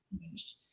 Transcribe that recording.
changed